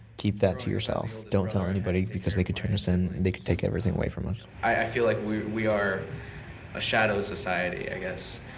keep that to yourself. don't tell anybody because they can turn us in and they can take everything away from us. i feel like we we are a shadow society, i guess.